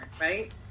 right